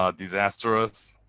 ah disastrous.